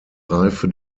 reife